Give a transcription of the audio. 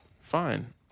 fine